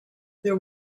there